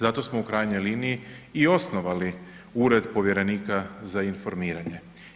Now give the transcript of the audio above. Zato smo u krajnjoj liniji i osnovali Ured povjerenika za informiranje.